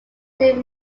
still